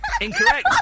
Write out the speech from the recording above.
Incorrect